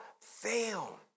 fail